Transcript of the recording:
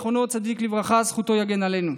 זכר צדיק לברכה וזכותו יגן עלינו,